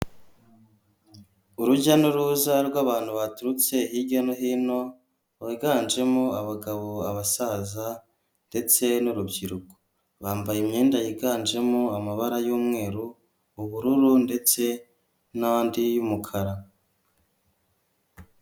Urujya n'uruza rw'abantu baturutse hirya no hino, biganjemo abagabo abasaza ndetse n'urubyiruko, bambaye imyenda yiganjemo amabara y'umweru ubururu ndetse n'andi y'umukara.